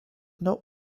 not